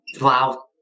Wow